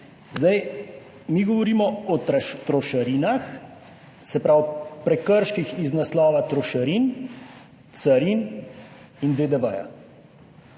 Zdaj, mi govorimo o trošarinah, se pravi o prekrških iz naslova trošarin, carin in DDV.